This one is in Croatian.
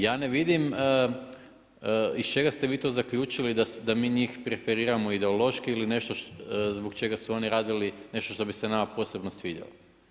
Ja ne vidim iz čega ste vi to zaključili da mi njih preferiramo ideološki ili nešto zbog čega su oni radili nešto što bi se nama posebno svidjelo.